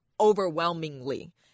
overwhelmingly